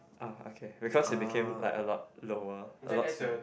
oh okay because it became like a lot lower a lot smaller